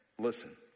listen